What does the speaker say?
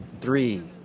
three